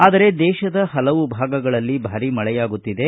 ಆದರೆ ದೇಶದ ಹಲವು ಭಾಗಗಳಲ್ಲಿ ಭಾರಿ ಮಳೆಯಾಗುತ್ತಿದೆ